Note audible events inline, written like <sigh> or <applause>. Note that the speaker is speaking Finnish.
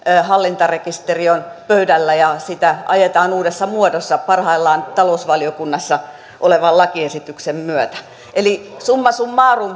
hallintarekisteri on pöydällä ja sitä ajetaan uudessa muodossa parhaillaan talousvaliokunnassa olevan lakiesityksen myötä eli summa summarum <unintelligible>